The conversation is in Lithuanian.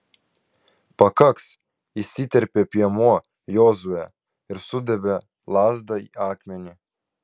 pakaks įsiterpė piemuo jozuė ir sudavė lazda į akmenį